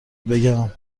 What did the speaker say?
بگم